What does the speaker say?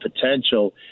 potential